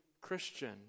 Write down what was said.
Christian